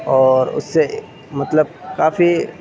اور اس سے مطلب کافی